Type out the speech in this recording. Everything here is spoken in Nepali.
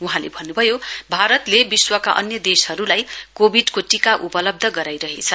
वहाँले भन्नुभयो भारतले विश्वका अन्य देशहरूलाई कोविडको टीका उपलब्ध गराईरहेछ